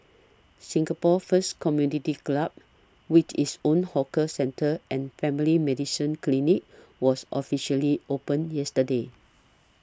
Singapore's first community club with its own hawker centre and family medicine clinic was officially opened yesterday